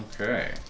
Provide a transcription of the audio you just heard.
Okay